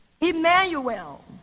Emmanuel